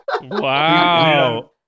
Wow